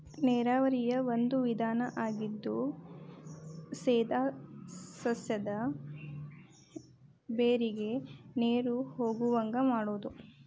ನೇರಾವರಿಯ ಒಂದು ವಿಧಾನಾ ಆಗಿದ್ದು ಸೇದಾ ಸಸ್ಯದ ಬೇರಿಗೆ ನೇರು ಹೊಗುವಂಗ ಮಾಡುದು